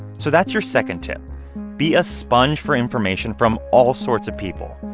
so that's your second tip be a sponge for information from all sorts of people,